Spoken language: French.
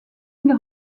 ils